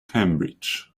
cambridge